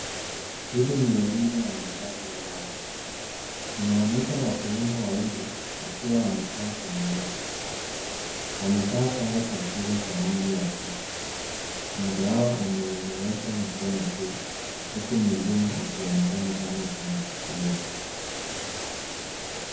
Hili ni elimu ya mahitaji maalum. Inaonyesha wavulana wawili wakiwa wamekaa kwenye meza. Wamevaa sare za shule za rangi ya bluu. Mmoja wao amenyoosha mkono juu, huku mwingine akionekana kama anafikiria.